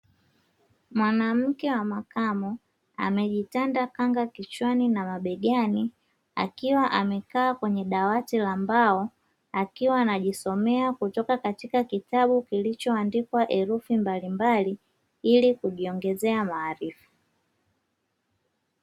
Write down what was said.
Mwanamke wa makamo, amejitanda kanga kichwani na mabegani. Akiwa amekaa kwenye dawati la mbao. Akiwa anajisomea kutoka katika kitabu kilichoandikwa herufi mbalimbali ili kujiongezea maarifa.